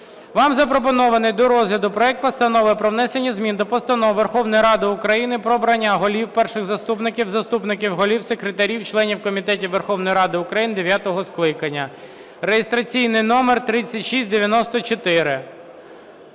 Вам запропонований до розгляду проект Постанови про внесення змін до Постанови Верховної Ради України "Про обрання голів, перших заступників, заступників голів, секретарів, членів комітетів Верховної Ради України дев'ятого скликання" (реєстраційний номер 3694).